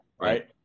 Right